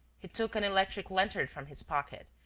he took an electric lantern from his pocket,